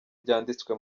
byanditswe